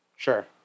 Sure